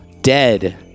Dead